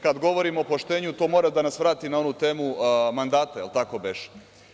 Kada govorimo o poštenju to mora da nas vrati na onu temu, mandata, da li tako beše?